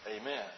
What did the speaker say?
Amen